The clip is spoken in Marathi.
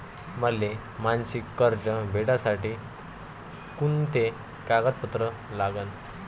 मले मासिक कर्ज भेटासाठी का कुंते कागदपत्र लागन?